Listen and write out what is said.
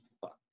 fuck